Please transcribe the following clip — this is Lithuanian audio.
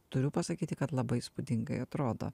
turiu pasakyti kad labai įspūdingai atrodo